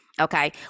Okay